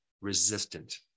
resistant